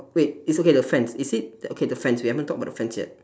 wait is okay the fence is it okay the fence we haven't talk about the fence yet